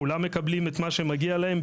כולם מקבלים את מה שמגיע להם,